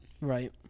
right